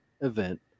event